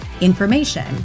information